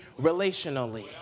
relationally